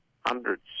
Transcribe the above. hundreds